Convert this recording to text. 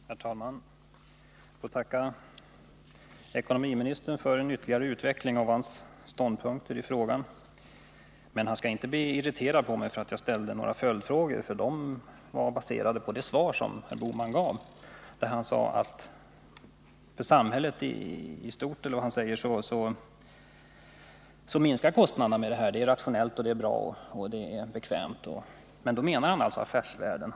Herr talman! Jag tackar ekonomiministern för att han ytterligare utvecklade sina ståndpunkter i denna fråga. Men han skall inte bli irriterad på mig för att jag ställde några följdfrågor — de var baserade på det svar som Nr 48 Gösta Bohman gav. Han sade att för samhället i stort minskar kostnaderna Måndagen den genom kreditkortssystemet — det är rationellt, bra och bekvämt. Men då 10 december 1979 menar han alltså för affärsvärlden.